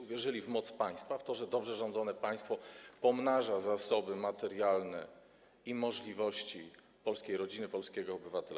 Uwierzyli w moc państwa, w to, że dobrze rządzone państwo pomnaża zasoby materialne i możliwości polskiej rodziny, polskiego obywatela.